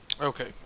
Okay